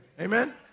amen